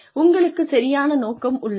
உங்களுக்குச் சரியான நோக்கம் உள்ளது